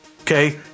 Okay